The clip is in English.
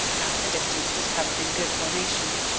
half the distance was covered in good formation.